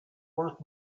worth